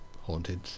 haunted